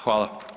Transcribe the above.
Hvala.